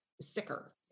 sicker